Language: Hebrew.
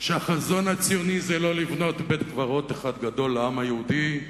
שהחזון הציוני זה לא לבנות בית-קברות אחד לעם היהודי,